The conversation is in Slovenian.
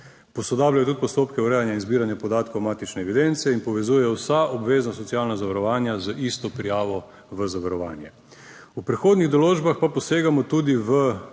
Posodabljajo tudi postopke urejanja in zbiranja podatkov matične evidence in povezuje vsa obvezna socialna zavarovanja z isto prijavo v zavarovanje. V prehodnih določbah pa posegamo tudi v